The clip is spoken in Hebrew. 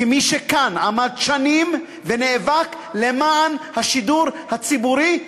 כמי שכאן עמד שנים ונאבק למען השידור הציבורי,